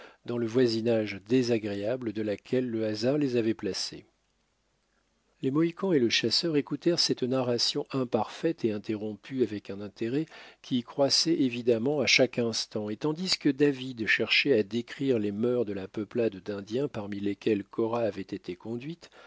dans le voisinage désagréable de laquelle le hasard les avait placés les mohicans et le chasseur écoutèrent cette narration imparfaite et interrompue avec un intérêt qui croissait évidemment à chaque instant et tandis que david cherchait à décrire les mœurs de la peuplade d'indiens parmi lesquels cora avait été conduite